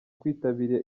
kwitabira